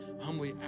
humbly